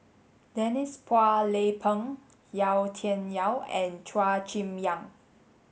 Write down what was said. Denise Phua Lay Peng Yau Tian Yau and Chua Chim Kang